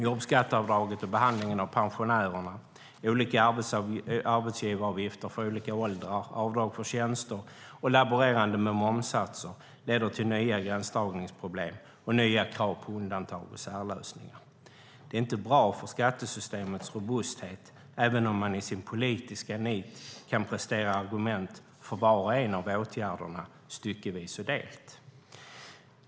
Jobbskatteavdraget och behandlingen av pensionärerna, olika arbetsgivaravgifter för olika åldrar, avdrag för tjänster och laborerande med momssatser leder till nya gränsdragningsproblem och nya krav på undantag och särlösningar. Det är inte bra för skattesystemets robusthet, även om man i sitt politiska nit kan prestera argument för var och en av åtgärderna styckevis och delt.